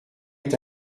est